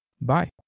Bye